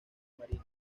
marina